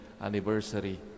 anniversary